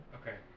Okay